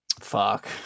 fuck